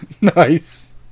Nice